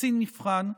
קצין מבחן,